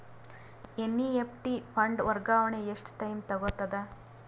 NEFT fund ವರ್ಗಾವಣೆ ಎಷ್ಟ time ತೋಗೊತದ?